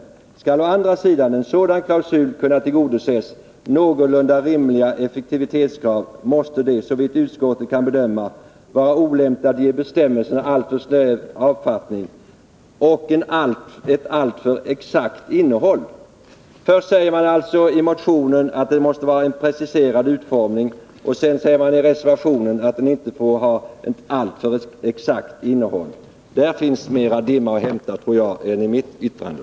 Skall å andra sidan en sådan klausul kunna tillgodose någorlunda rimliga effektivitetskrav måste det, såvitt utskottet kan bedöma, vara olämpligt att ge bestämmelserna en alltför snäv avfattning och ett alltför exakt innehåll.” Först säger man alltså i motionen att det måste vara en preciserad utformning, och sedan säger man i reservationen att det inte får vara alltför exakt innehåll. Där tror jag det finns mera dimma att hämta än i mitt yttrande.